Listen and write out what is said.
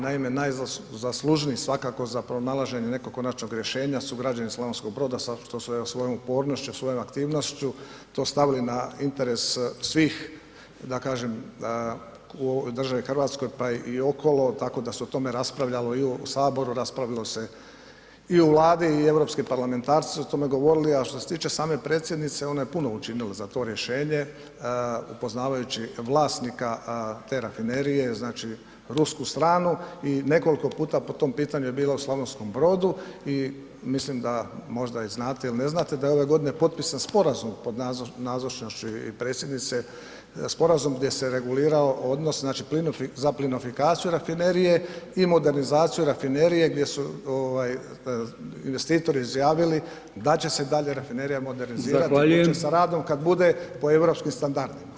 Naime, najzaslužniji svakako za pronalaženje nekog konačnog rješenja su građani Slavonskog Broda sa tom svojom upornošću, svojom aktivnošću to stavili na interes svih da kažem u državi Hrvatskoj pa i okolo, tako da se o tome raspravljalo i u saboru, raspravilo se i u Vladi i europski parlamentarci su o tome govorili, a što se tiče same predsjednice ona je puno učinila za to rješenje upoznavajući vlasnika te rafinerije znači rusku stranu i nekoliko puta po tom pitanju je bila u Slavonskom Brodu i mislim da možda i znate il ne znate da je ovaj godine potpisan sporazum pod nazosnošću i predsjednice, sporazum gdje se regulirao odnos znači za plinofikaciju rafinerije i modernizaciju rafinerije gdje su ovaj investitori izjavili da će se i dalje rafinerija modernizirati [[Upadica: zahvaljujem.]] i počet sa radom kad bude po europskim standardima.